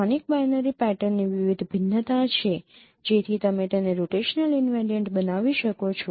સ્થાનિક બાઈનરી પેટર્નની વિવિધ ભિન્નતા છે જેથી તમે તેને રોટેશનલ ઈનવેરિયન્ટ બનાવી શકો છો